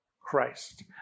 Christ